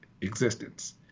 existence